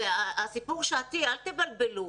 הסיפור השעתי, אל תבלבלו.